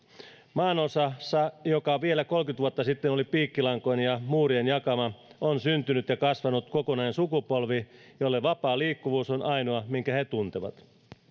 maanosassa joka vielä kolmekymmentä vuotta sitten oli piikkilankojen ja muurien jakama on syntynyt ja kasvanut kokonainen sukupolvi jolle vapaa liikkuvuus on ainoa minkä he tuntevat